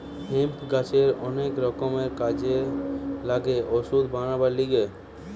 hemp গাছের অনেক রকমের কাজে লাগে ওষুধ বানাবার লিগে